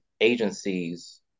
agencies